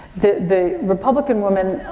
the, the republican woman,